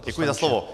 Děkuji za slovo.